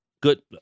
Good